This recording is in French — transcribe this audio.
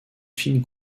fine